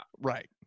Right